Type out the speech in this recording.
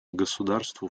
государству